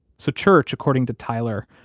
so church, according to tyler,